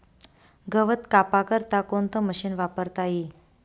गवत कापा करता कोणतं मशीन वापरता ई?